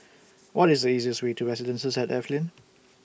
What IS The easiest Way to Residences At Evelyn